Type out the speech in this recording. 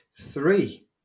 three